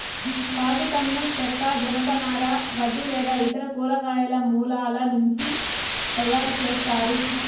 కాగితంను చెక్క, జనపనార, గడ్డి లేదా ఇతర కూరగాయల మూలాల నుంచి తయారుచేస్తారు